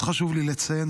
עוד חשוב לי לציין,